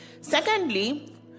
Secondly